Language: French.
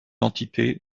entité